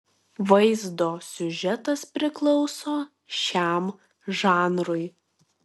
vaizdo siužetas priklauso šiam žanrui